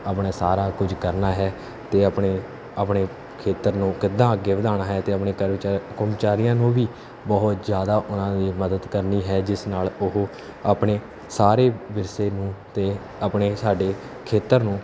ਆਪਣੇ ਸਾਰਾ ਕੁਝ ਕਰਨਾ ਹੈ ਅਤੇ ਆਪਣੇ ਆਪਣੇ ਖੇਤਰ ਨੂੰ ਕਿੱਦਾਂ ਅੱਗੇ ਵਧਾਉਣਾ ਹੈ ਅਤੇ ਆਪਣੇ ਕਰਮਚਾਰੀ ਕਮਚਾਰੀਆਂ ਨੂੰ ਵੀ ਬਹੁਤ ਜ਼ਿਆਦਾ ਉਹਨਾਂ ਦੀ ਮਦਦ ਕਰਨੀ ਹੈ ਜਿਸ ਨਾਲ ਉਹ ਆਪਣੇ ਸਾਰੇ ਵਿਰਸੇ ਨੂੰ ਅਤੇ ਆਪਣੇ ਸਾਡੇ ਖੇਤਰ ਨੂੰ